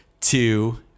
two